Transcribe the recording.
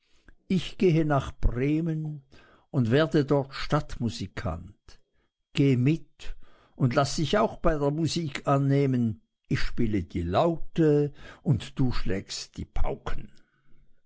ich gehe nach bremen und werde dort stadtmusikant geh mit und laß dich auch bei der musik annehmen ich spiele die laute und du schlägst die pauken